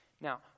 Now